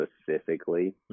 specifically